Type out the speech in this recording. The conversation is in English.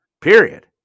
Period